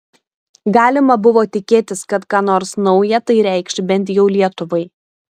galima buvo tikėtis kad ką nors nauja tai reikš bent jau lietuvai